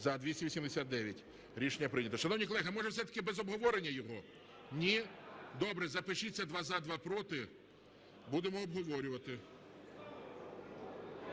За-289 Рішення прийнято. Шановні колеги, а може все-таки без обговорення його? Ні? Добре, запишіться: два – за, два – проти. Будемо обговорювати.